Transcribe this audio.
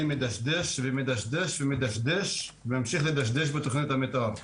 מדשדש ומדשדש ומדשדש ואמשיך לדשדש בתוכניות המתאר.